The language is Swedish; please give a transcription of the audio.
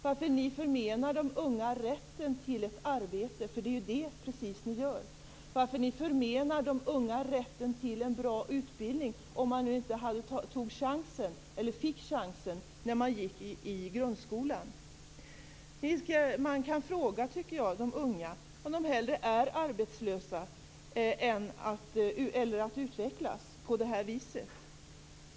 Varför förmenar ni de unga rätten till ett arbete? Det är ju precis det ni gör. Varför förmenar ni de unga rätten till en bra utbildning, om man nu inte tog eller fick chansen när man gick i grundskolan? Jag tycker att man kan fråga de unga om de hellre går arbetslösa än utvecklas på det här viset.